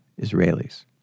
Israelis